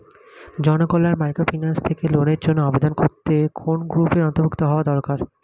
Janakalyan microfinance থেকে লোনের জন্য আবেদন করতে কোন গ্রুপের অন্তর্ভুক্ত হওয়া দরকার?